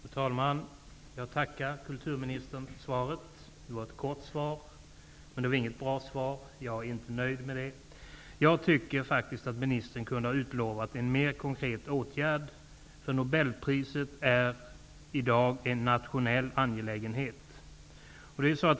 Fru talman! Jag tackar kulturministern för svaret. Det var ett kort svar, men det var inget bra svar. Jag är inte nöjd med det. Jag tycker faktiskt att ministern kunde ha utlovat en mer konkret åtgärd. Nobelpriset är i dag en nationell angelägenhet.